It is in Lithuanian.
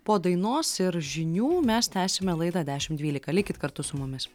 po dainos ir žinių mes tęsime laidą dešim dvylika likit kartu su mumis